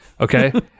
Okay